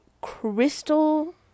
crystal